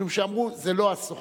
משום שאמרו: זה לא הסוכנות,